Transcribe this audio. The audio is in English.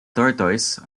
tortoise